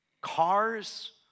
Cars